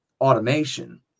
automation